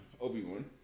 Obi-Wan